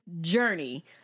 journey